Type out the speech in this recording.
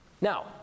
Now